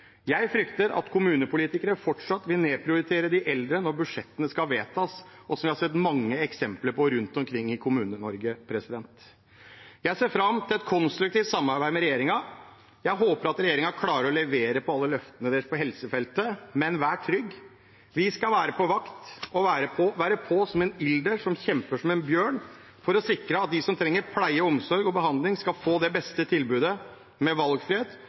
Jeg frykter at kommunepolitikere fortsatt vil nedprioritere de eldre når budsjettene skal vedtas, som vi har sett mange eksempler på rundt omkring i Kommune-Norge. Jeg ser fram til et konstruktivt samarbeid med regjeringen. Jeg håper at regjeringen klarer å levere på alle løftene sine på helsefeltet, men vær trygg, vi skal være på vakt og være på som en ilder som kjemper som en bjørn, for å sikre at de som trenger pleie, omsorg og behandling, skal få det beste tilbudet, med valgfrihet,